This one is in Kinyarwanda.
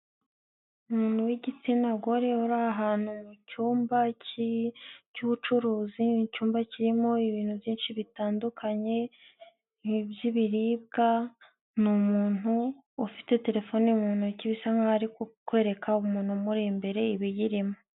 Umuntu w'igitsina gore uri ahantu mu cyumba cy'ubucuruzi, ni icymba kirimo ibintu byinshi bitandukanye by'ibiribwa, ni umuntu ufite telefone mu ntoki, bisa nk'aho ari kwereka umuntu umuri imbere ibiyirimo.